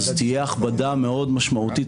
אז תהיה הכבדה מאוד משמעותית,